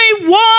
one